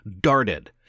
darted